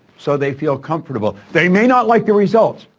so they feel comfortable. they may not like the results,